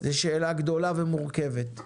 זאת שאלה גדולה ומורכבת.